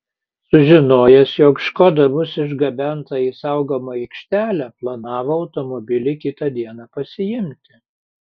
sužinojęs jog škoda bus išgabenta į saugomą aikštelę planavo automobilį kitą dieną pasiimti